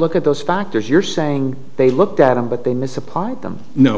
look at those factors you're saying they looked at them but they misapplied them no